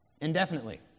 indefinitely